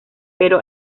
pero